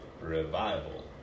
revival